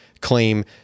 claim